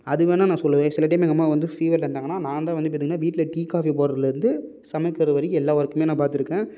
அது வேணால் நான் சொல்லுவேன் சில டைம் எங்கள் அம்மா வந்து ஃபீவரில் இருந்தாங்கன்னால் நான் தான் வந்து பார்த்தீங்கன்னா வீட்டில் டீ காஃபி போடுறதுலருந்து சமைக்கிற வரைக்கும் எல்லா ஒர்க்குமே நான் பார்த்துருக்கேன்